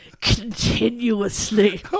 Continuously